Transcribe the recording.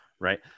Right